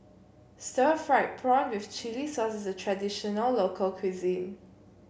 Stir Fried Prawn with Chili Sauce is a traditional local cuisine